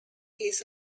his